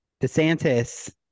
DeSantis